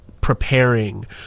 preparing –